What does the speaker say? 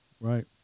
right